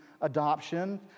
adoption